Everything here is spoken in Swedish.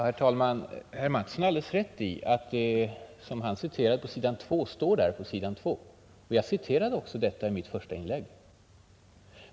Herr talman! Herr Mattsson har alldeles rätt i att vad han citerade finns på s. 2 i kommunikén. Jag citerade också detta i mitt första inlägg.